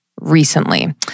recently